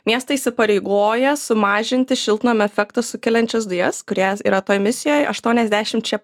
miestai įsipareigoja sumažinti šiltnamio efektą sukeliančias dujas kurie es yra toj misijoj aštuoniasdešimčia procentų